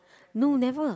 no never